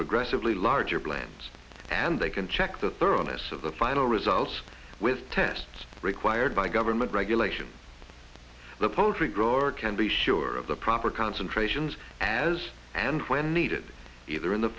progressively larger plans and they can check the thoroughness of the final results with tests required by government regulation the poultry grower can be sure of the proper concentrations as and when needed either in the